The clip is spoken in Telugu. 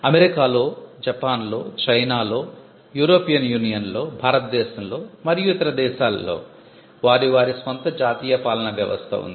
అమెరికాలోజపాన్లో చైనాలో యూరోపియన్ యూనియన్లో భారతదేశంలో మరియు ఇతర దేశాలలో వారి వారి స్వంత జాతీయ పాలనా వ్యవస్థ ఉంది